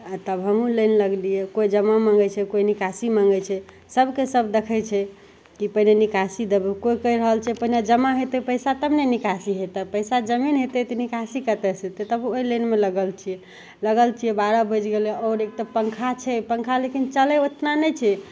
आओर तब हमहूँ लाइन लागलिए कोइ जमा माँगै छै कोइ निकासी माँगै छै सभकेँ सभ देखै छै कि पहिले निकासी देबौ कोइ कहि रहल छै पहिले जमा हेतै पइसा तब ने निकासी हेतै पइसा जमे नहि हेतै तऽ निकासी कतएसे हेतै तऽ तब ओहि लाइनमे लागल छिए लागल छिए बारह बाजि गेलै आओर एक तऽ पन्खा छै पन्खा लेकिन चलै ओतना नहि छै